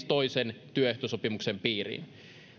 toisen työehtosopimuksen piiriin